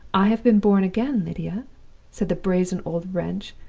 i have been born again, lydia said the brazen old wretch,